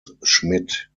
schmidt